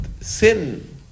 sin